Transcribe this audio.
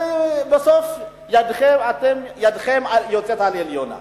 ובסוף אתם, ידכם יוצאת על העליונה.